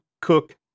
Cook